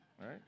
right